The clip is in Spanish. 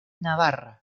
navarra